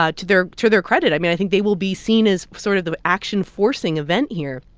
ah to their to their credit i mean, i think they will be seen as sort of the action-forcing event here.